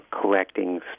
collecting